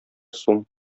сум